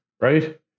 right